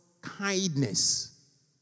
kindness